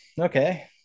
okay